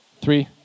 Three